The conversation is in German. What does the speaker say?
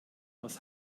aus